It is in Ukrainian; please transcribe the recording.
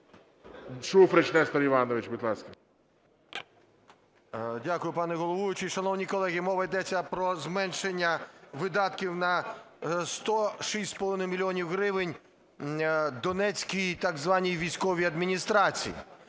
Шуфрич Нестор Іванович, будь ласка.